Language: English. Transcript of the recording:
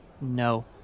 No